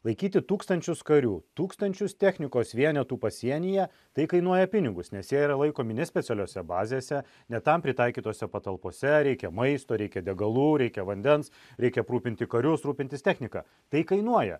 laikyti tūkstančius karių tūkstančius technikos vienetų pasienyje tai kainuoja pinigus nes jie yra laikomi ne specialiose bazėse ne tam pritaikytose patalpose reikia maisto reikia degalų reikia vandens reikia aprūpinti karius rūpintis technika tai kainuoja